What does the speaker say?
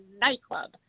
nightclub